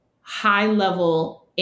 high-level